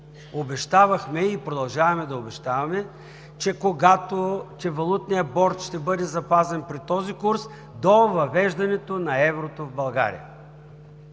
обещавахме и продължаваме да обещаваме, че валутният борд ще бъде запазен при този курс до въвеждането на еврото в България.